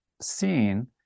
seen